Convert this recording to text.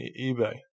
ebay